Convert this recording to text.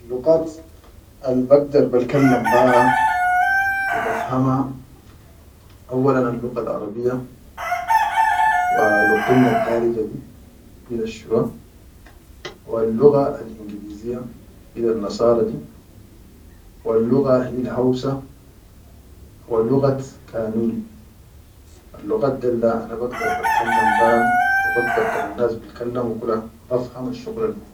Al luggat al bagdir bal kallam be ha wa baf hama auwalan luggal arabiya, wa luqqulnal darije di hilal shuwa, wa lugga al ingiliziya hilan nasara di, wa lugga hil hausa wa luggat kanuri. Al luggad dol da ana bagdar bal kallam be ha haw bagdar kan annas bil kallamo kula bafhama shuqulal.